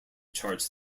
charts